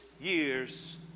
years